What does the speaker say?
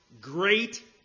great